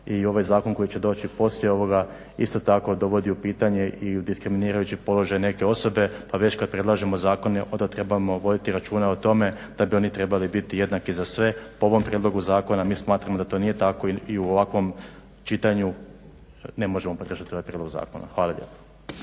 i ovaj zakon koji će doći poslije ovoga isto tako dovodi u pitanje i u diskriminirajući položaj neke osobe, pa već kad predlažemo zakone onda trebamo voditi računa o tome da bi oni trebali biti jednaki za sve. Po ovom prijedlogu zakona mi smatramo da to nije tako i u ovakvom čitanju ne možemo podržati ovaj prijedlog zakona. Hvala lijepo.